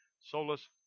Solus